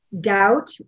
Doubt